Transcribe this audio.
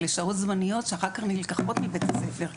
אלה שעות זמניות שאחר כך נלקחות מבית הספר,